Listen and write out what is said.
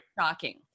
shocking